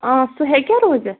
آ سُہ ہیٚکیٛاہ روزِتھ